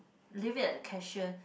leave it at the cashier